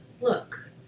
look